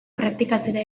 praktikatzera